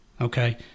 Okay